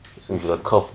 zi quan